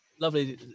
lovely